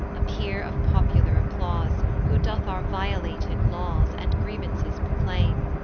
a peer of popular applause, who doth our violated laws, and grievances proclaim.